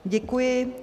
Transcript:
Děkuji.